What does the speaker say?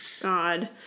God